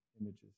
images